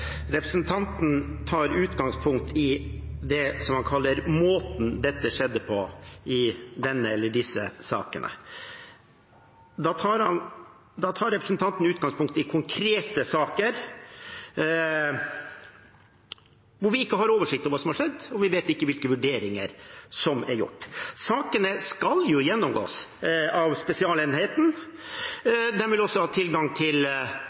Representanten tar utgangspunkt i det som han kaller «måten dette ble gjort på» i disse sakene. Da tar representanten utgangspunkt i konkrete saker hvor vi ikke har oversikt over hva som har skjedd, og vi ikke vet hvilke vurderinger som er gjort. Sakene skal jo gjennomgås av Spesialenheten. De vil også ha tilgang til